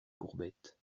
courbettes